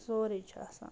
سورُے چھُ آسان